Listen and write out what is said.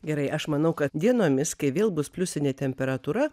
gerai aš manau kad dienomis kai vėl bus pliusinė temperatūra